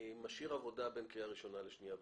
משאיר עבודה בין קריאה ראשונה לשנייה ושלישית.